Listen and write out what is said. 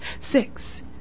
Six